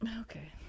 Okay